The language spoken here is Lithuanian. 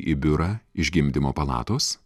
į biurą iš gimdymo palatos